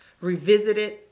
revisited